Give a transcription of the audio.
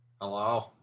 Hello